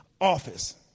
office